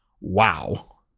Wow